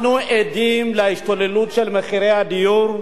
אנחנו עדים להשתוללות של מחירי הדיור,